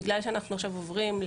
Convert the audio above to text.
בגלל שאנחנו עוברים,